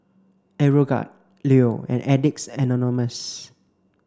Aeroguard Leo and Addicts Anonymous